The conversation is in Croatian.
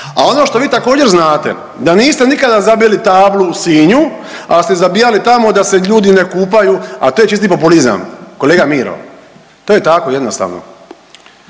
A ono što vi također, znate da niste nikada zabili tablu u Sinju, ali ste zabijali tamo da se ljudi ne kupaju, a to je čisti populizam, kolega Miro. To je tako jednostavno.